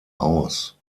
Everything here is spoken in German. aus